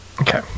Okay